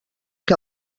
que